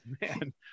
man